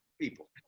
people